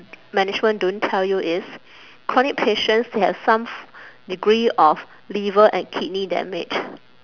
management don't tell you is chronic patients they have some degree of liver and kidney damage